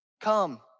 Come